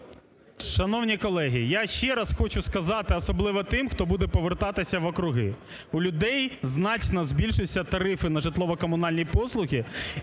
Шановні колеги, я ще раз хочу сказати, особливо тим, хто буде повертатися в округи. У людей значно збільшилися тарифи на житлово-комунальні послуги,